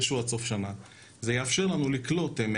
גם מתוספת התקינה שאושרה לשנת 2022,